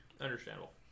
Understandable